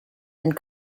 and